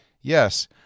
Yes